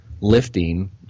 lifting